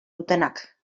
dutenak